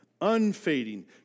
unfading